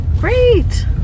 great